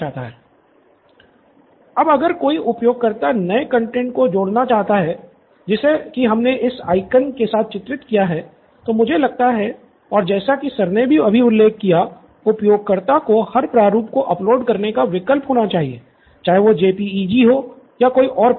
student Nithin अब अगर कोई उपयोगकर्ता नए कंटैंट को जोड़ना चाहता है जिसे कि हमने इस आइकन होगा चाहिए चाहे वो JPEG हो या कोई और प्रारूप